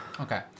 okay